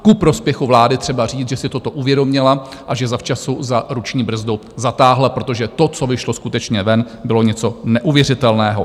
Ku prospěchu vlády je třeba říct, že si toto uvědomila a že zavčasu za ruční brzdu zatáhla, protože to, co vyšlo skutečně ven, bylo něco neuvěřitelného.